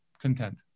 content